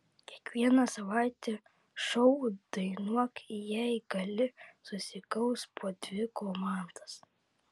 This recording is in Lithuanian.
kiekvieną savaitę šou dainuok jei gali susikaus po dvi komandas